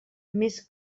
més